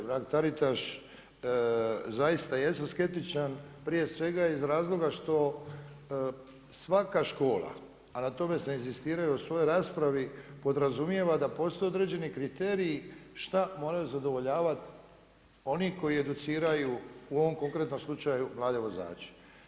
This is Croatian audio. Štovana kolegice Mrak-Taritaš, zaista jesam skeptičan prije svega iz razloga što svaka škola, a na tome sam inzistirao u svojoj raspravi podrazumijeva da postoje određeni kriteriji šta moraju zadovoljavati oni koji educiraju u ovom konkretnom slučaju mlade vozače.